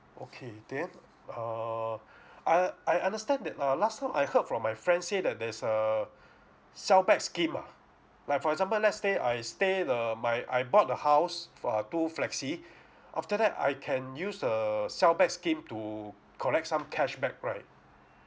okay then err I I understand that uh last time I heard from my friends say that there's a sell back scheme ah like for example let's say I stay the my I bought the house for a two flexi after that I can use err sell back scheme to collect some cash back right